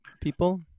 people